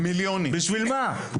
בשביל מה?